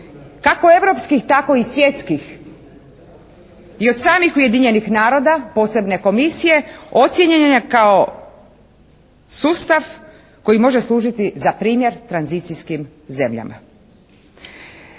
kako europskih tako i svjetskih i od samih Ujedinjenih naroda, posebne komisije, ocijenjena kao sustav koji može služiti za primjer tranzicijskim zemljama.